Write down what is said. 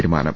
തീരുമാനം